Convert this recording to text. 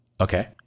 Okay